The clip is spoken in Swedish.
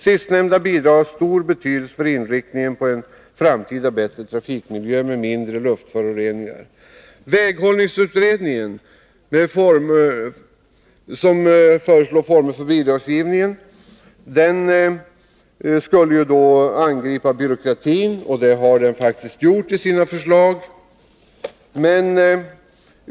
Sistnämnda bidrag har stor betydelse för inriktningen på en framtida bättre trafikmiljö med mindre luftföroreningar och mindre buller. Väghållningsutredningen, som föreslagit former för bidragsgivningen, skulle ju angripa byråkratin, och det har den faktiskt gjort i sina förslag.